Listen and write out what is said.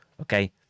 okay